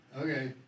Okay